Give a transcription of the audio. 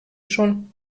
schon